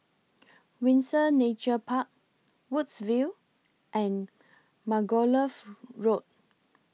Windsor Nature Park Woodsville and Margoliouth Road